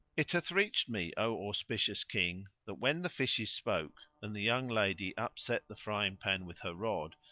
it hath reached me, o auspicious king, that when the fishes spoke, and the young lady upset the frying pan with her rod,